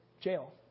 jail